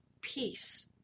peace